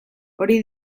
hori